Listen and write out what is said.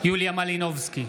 יוליה מלינובסקי,